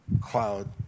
cloud